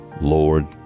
Lord